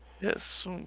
Yes